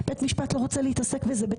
בית משפט לא רוצה להתעסק בזה.